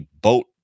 boat